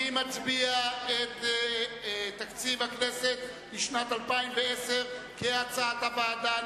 אני מצביע על תקציב הכנסת לשנת 2010 כהצעת הוועדה.